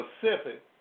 Pacific